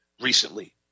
recently